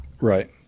right